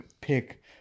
pick